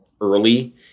early